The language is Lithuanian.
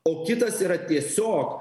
o kitas yra tiesiog